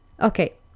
Okay